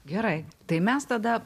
gerai tai mes tada